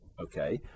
okay